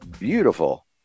Beautiful